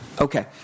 Okay